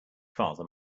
father